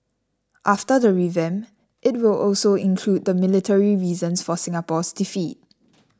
after the revamp it will also include the military reasons for Singapore's defeat